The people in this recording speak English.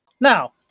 Now